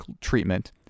treatment